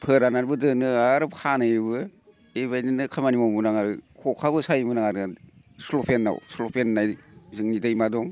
फोराननानैबो दोनो आर फानहैयोबो बेबायदिनो खामानि मावोमोन आं आरो खखाबो सायोमोन आं आरो स्ल'फेनाव स्ल'फेननाय जोंनि दैमा दं